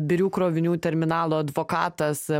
birių krovinių terminalo advokatas